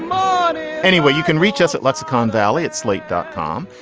um anyway, you can reach us at lexicon valley at slate dot com,